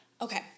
Okay